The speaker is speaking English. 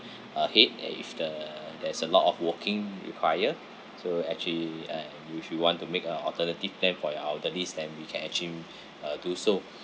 ahead and if the there's a lot of walking require so actually uh and if you want to make a alternative plan for your elderlies then we can actually uh do so